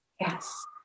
yes